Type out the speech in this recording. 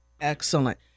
excellent